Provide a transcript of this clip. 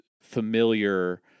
familiar